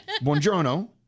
Buongiorno